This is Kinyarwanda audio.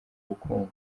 bukungu